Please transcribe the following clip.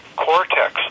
cortex